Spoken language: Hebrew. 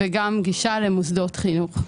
וגם גישה של הציבור למוסדות חינוך.